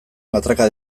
matraka